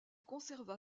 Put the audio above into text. conserva